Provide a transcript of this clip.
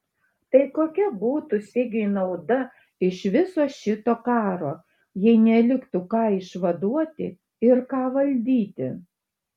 tai kokia būtų sigiui nauda iš viso šito karo jei neliktų ką išvaduoti ir ką valdyti